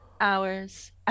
Hours